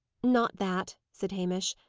not that, said hamish.